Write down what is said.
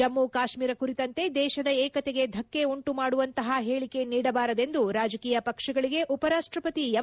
ಜಮ್ನು ಕಾಶ್ನೀರ ಕುರಿತಂತೆ ದೇಶದ ಏಕತೆಗೆ ಧಕ್ಷೆ ಉಂಟು ಮಾಡುವಂತಹ ಹೇಳಕೆ ನೀಡಬಾರದೆಂದು ರಾಜಕೀಯ ಪಕ್ಷಗಳಿಗೆ ಉಪರಾಷ್ಟಪತಿ ಎಂ